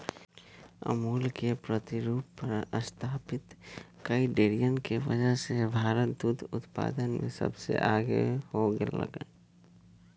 अमूल के प्रतिरूप पर स्तापित कई डेरियन के वजह से भारत दुग्ध उत्पादन में सबसे आगे हो गयलय